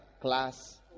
class